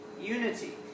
unity